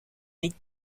niet